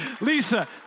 Lisa